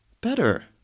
better